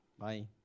Bye